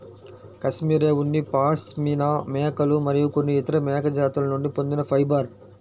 cashmere ఉన్ని పాష్మినా మేకలు మరియు కొన్ని ఇతర మేక జాతుల నుండి పొందిన ఫైబర్